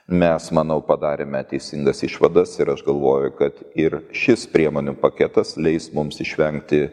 mes manau padarėme teisingas išvadas ir aš galvoju kad ir šis priemonių paketas leis mums išvengti